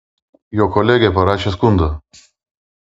jo kolegė parašė skundą